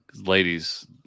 Ladies